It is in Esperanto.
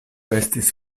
estis